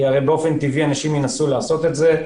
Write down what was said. כי הרי באופן טבעי אנשים ינסו לעשות את זה.